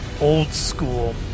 old-school